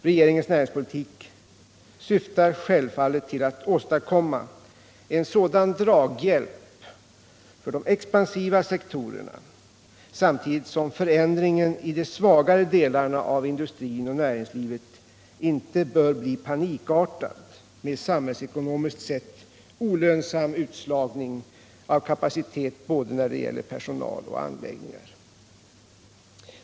Regeringens näringspolitik syftar självfallet till att åstadkomma en draghjälp för de expansiva sektorerna, samtidigt som förändringen i de svagare delarna i industrin och näringslivet inte bör bli panikartad, med samhällsekonomiskt sett olönsam utslagning av kapacitet när det gäller både personal och anläggningar.